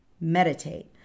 meditate